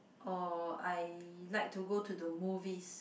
or I like to go to the movies